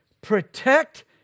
protect